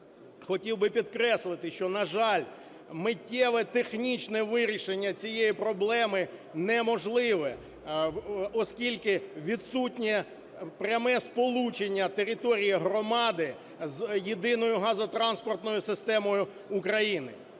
Хотів би підкреслити, що, на жаль, миттєве технічне вирішення цієї проблеми неможливе, оскільки відсутнє пряме сполучення території громади з єдиною газотранспортною системою України.